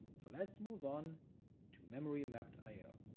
so let's move on to. memory-mapped i ah